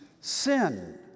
sin